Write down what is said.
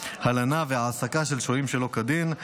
הלנה והעסקה של שוהים שלא כדין.